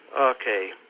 okay